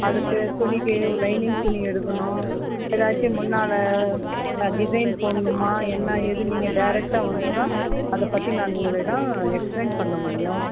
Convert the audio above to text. அதுக்கு துணிக்கு லைனிங் துணி எடுக்கணும் எதாச்சும் முன்னால் டிசைன் போட்ணுமா என்ன ஏதுன்னு நீங்கள் டேரெக்டாக வந்தா தான் அதைப் பற்றி நான் உங்களிடம் எக்ஸ்பிளைன் பண்ண முடியும்